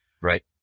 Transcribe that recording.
Right